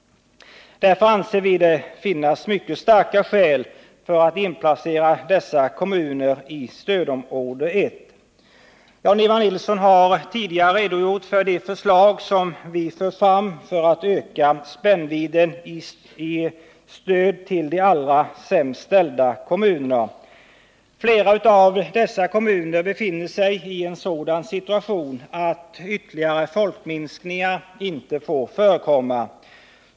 Därför anser vi att det finns mycket starka skäl för att inplacera dessa kommuner i stödområde Jan-Ivan Nilsson har tidigare redogjort för de förslag som vi aktualiserat för att öka spännvidden i stödet till de allra sämst ställda kommunerna. Flera av dessa kommuner befinner sig i en sådan situation att ytterligare folkminskningar inte får förekomma.